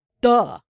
duh